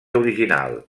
original